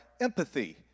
empathy